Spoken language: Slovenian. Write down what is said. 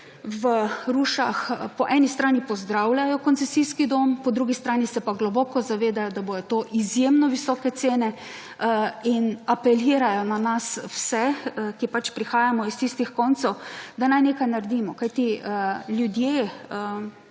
v Rušah, po eni strani pozdravljajo koncesijski dom, po drugi strani se pa globoko zavedajo, da bojo to izjemno visoke cene in apelirajo na nas vse, ki pač prihajamo iz tistih koncev, da naj nekaj naredimo. Kajti, ljudje,